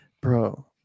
bro